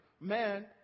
man